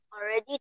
already